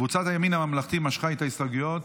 קבוצת הימין הממלכתי משכה את ההסתייגויות.